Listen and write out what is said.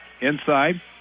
Inside